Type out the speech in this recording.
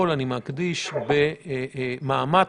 גם ללא הסדר הביניים צריך להיות נתון הייחוס הלאומי.